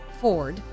Ford